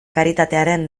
karitatearen